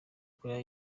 koreya